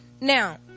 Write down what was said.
Now